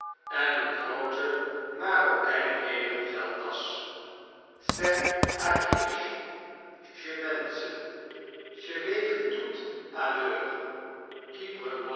en een groote marokijnlederen geldtasch